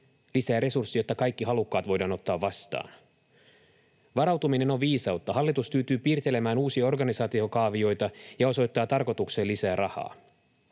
lisää resursseja, jotta kaikki halukkaat voidaan ottaa vastaan. Varautuminen on viisautta. Hallitus tyytyy piirtelemään uusia organisaatiokaavioita ja osoittaa tarkoitukseen lisää rahaa.